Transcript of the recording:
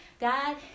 God